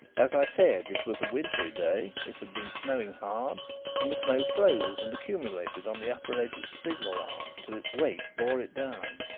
as i said, it was a winterly day it had been snowing hard and the snow froze and accumulated on the upper edge of the signal arm until its weight bore it down.